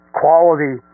quality